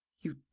You